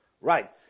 Right